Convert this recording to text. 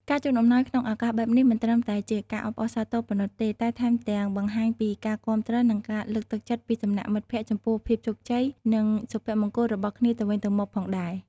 ការជូនអំណោយក្នុងឱកាសបែបនេះ មិនត្រឹមតែជាការអបអរសាទរប៉ុណ្ណោះទេ តែថែមទាំងបង្ហាញពីការគាំទ្រ និងការលើកទឹកចិត្តពីសំណាក់មិត្តភក្តិចំពោះភាពជោគជ័យ និងសុភមង្គលរបស់គ្នាទៅវិញទៅមកផងដែរ។